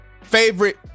Favorite